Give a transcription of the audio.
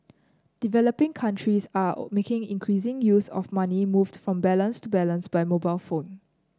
developing countries are making increasing use of money moved from balance to balance by mobile phone